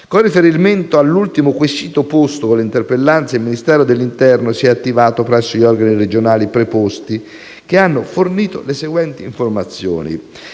Con riferimento all'ultimo quesito posto con l'interpellanza, il Ministero dell'interno si è attivato presso gli organi regionali preposti, che hanno fornito le seguenti informazioni.